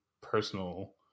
personal